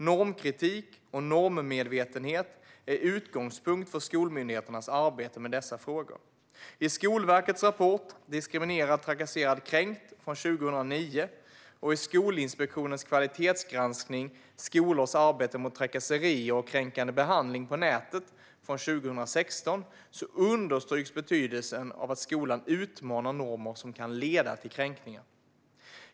Normkritik och normmedvetenhet är en utgångspunkt för skolmyndigheternas arbete med dessa frågor. I Skolverkets rapport Diskriminerad, trakasserad, kränkt? från 2009 och i Skolinspektionens kvalitetsgranskning Skolors arbete mot trakasserier och kränkande behandling på nätet från 2016 understryks betydelsen av att skolan utmanar normer som kan leda till kränkningar.